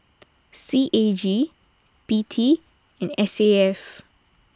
C A G P T and S A F